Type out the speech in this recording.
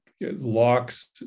locks